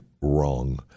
wrong